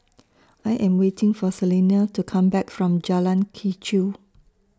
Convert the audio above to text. I Am waiting For Selena to Come Back from Jalan Quee Chew